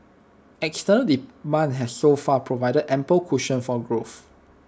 external demand has so far provided ample cushion for growth